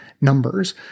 numbers